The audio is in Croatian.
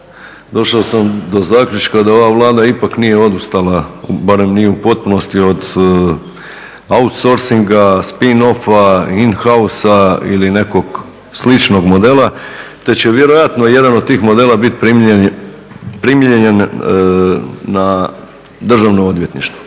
došao sam do zaključka da ova Vlada ipak nije odustala, barem ne u potpunosti od outsourcinga, spin offa, in house-a ili nekog sličnog modela te će vjerojatno jedan od tih modela biti primijenjen na Državno odvjetništvo.